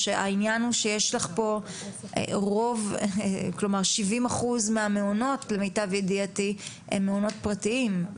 העניין הוא שיש לך פה 70% מהמעונות למיטב ידיעתי הם מעונות פרטיים.